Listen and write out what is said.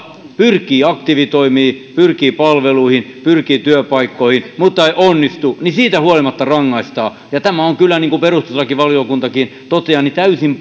pyrkii aktiivitoimiin pyrkii palveluihin pyrkii työpaikkoihin mutta ei onnistu niin siitä huolimatta rangaistaan ja tämä on kyllä niin kuin perustuslakivaliokuntakin toteaa täysin